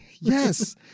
Yes